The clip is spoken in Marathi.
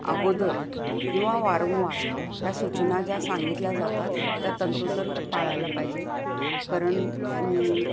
अगोदर किंवा वारंवार ह्या सूचना ज्या सांगितल्या जातात त्या तंतोतंत पाळायला पाहिजे कारण